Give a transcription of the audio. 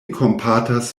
kompatas